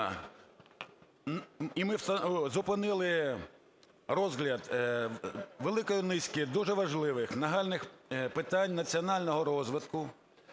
І ми зупинили розгляд великої низки дуже важливих нагальних питань національного розвитку